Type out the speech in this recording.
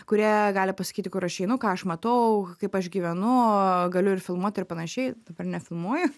kurie gali pasakyti kur aš einu ką aš matau kaip aš gyvenu galiu ir filmuot ir panašiai dabar nefilmuoju